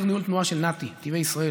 בחדר ניהול תנועה של נת"י, נתיבי ישראל,